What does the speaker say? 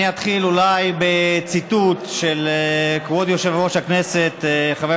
אני אתחיל אולי בציטוט של כבוד יושב-ראש הכנסת חבר